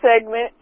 segment